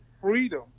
freedom